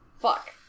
Fuck